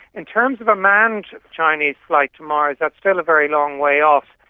in terms of a manned chinese flight to mars, that's still a very long way off.